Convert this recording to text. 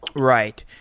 right.